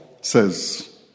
says